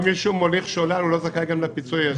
אם מישהו מוליך שולל הוא לא זכאי גם לפיצוי הישיר.